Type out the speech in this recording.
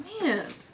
Man